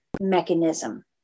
mechanism